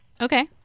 Okay